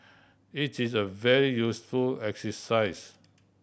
its is a very useful exercise